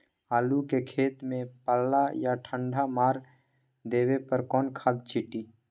आलू के खेत में पल्ला या ठंडा मार देवे पर कौन खाद छींटी?